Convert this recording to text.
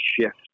shift